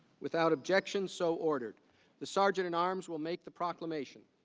without objection so ordered the start and and arms will make the proclamation